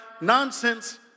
nonsense